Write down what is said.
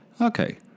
Okay